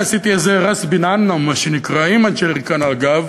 עשיתי את זה "ראס בין עינו" עם הג'ריקן, אגב,